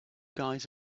guys